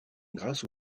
grâce